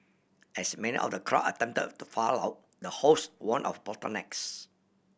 as many of the crowd attempt to file out the host warn of bottlenecks